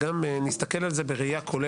וגם נסתכל על הסוגיה הזאת בראייה כוללת.